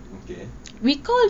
okay